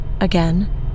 Again